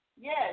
yes